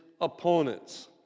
opponents